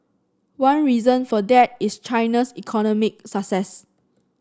one reason for that is China's economic success